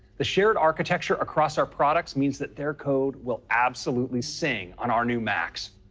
the shared architecture across our products means that their code will absolutely sing on our new macs.